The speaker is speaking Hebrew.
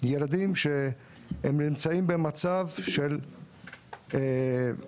ילדים שנמצאים במצב של התעלפויות,